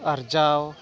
ᱟᱨᱡᱟᱣ